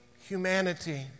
humanity